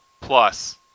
plus